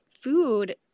food